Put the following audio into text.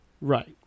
Right